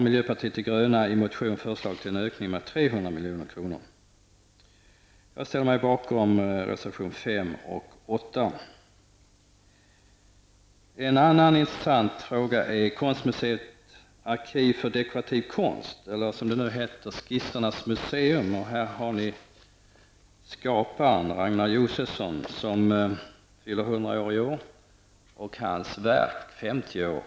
Miljöpartiet de gröna har i en motion föreslagit en ökning med 300 milj.kr. Jag ställer mig bakom reservationerna nr 5 och 8. En annan intressant fråga gäller konstmuseet Arkiv för dekorativ konst eller som det nu heter Skissernas museum. Skaparen Ragnar Josefsson fyller 100 år i år, och hans verk fyller 50 år.